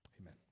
amen